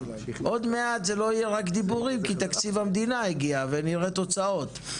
עוד מעט זה לא יהיה רק דיבורים כי תקציב המדינה יגיע ונראה תוצאות,